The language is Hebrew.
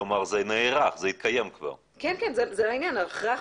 כלומר זה נערך, זה התקיים כבר.